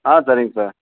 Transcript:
ஆ சரிங்க சார்